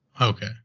Okay